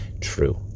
True